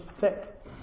thick